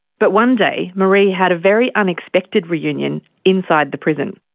but one day maree had a very unexpected reunion inside the prison.